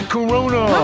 Corona